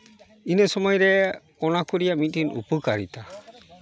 ᱤᱱᱟᱹ ᱥᱚᱢᱚᱭ ᱨᱮ ᱚᱱᱟ ᱠᱚ ᱨᱮᱭᱟᱜ ᱢᱤᱫᱴᱮᱱ ᱩᱯᱚᱠᱟᱨᱤᱛᱟ